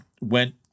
went